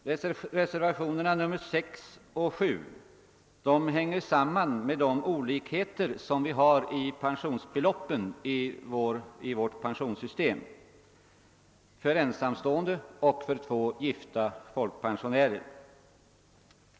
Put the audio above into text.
Reservationerna 6 och 7 hänger samman med olikheterna i pensionsbeloppen för ensamstående och för gifta folkpensionärer.